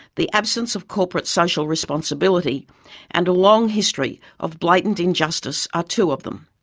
the absence of corporate social responsibility and a long history of blatant injustice are two of them.